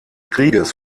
krieges